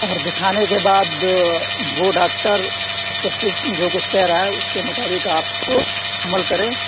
اور دِکھانے کے بعد وہ ڈاکٹر اسپسلسٹ جو کچھ کہہ رہا ہے اُس کے مطابق آپ کو عمل کریں